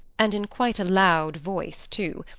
and in quite a loud voice too,